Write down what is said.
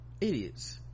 idiots